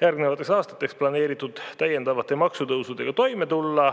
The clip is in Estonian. järgnevateks aastateks planeeritud täiendavate maksutõusudega toime tulla.